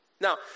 Now